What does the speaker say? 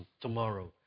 tomorrow